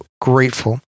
grateful